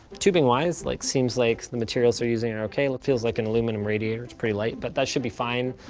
tubing-wise, like seems like the materials they're using are okay. it feels like an aluminum radiator, it's pretty light. but that should be fine,